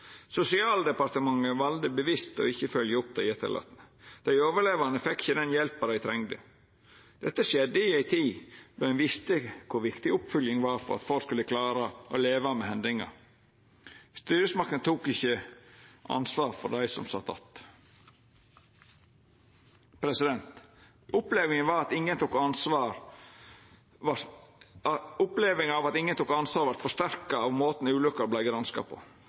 Sosialdepartementet valde bevisst ikkje å fylgja opp dei etterlatne. Dei overlevande fekk ikkje den hjelpa dei trengde. Dette skjedde i ei tid då ein visste kor viktig oppfylging var for at folk skulle klara å leva med hendingar. Styresmaktene tok ikkje ansvar for dei som satt att. Opplevinga av at ingen tok ansvar vart forsterka av måten ulukka vart granska på. Prosessen var lukka, og rapporten kom i